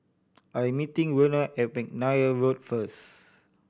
I'm meeting Werner at McNair Road first